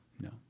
No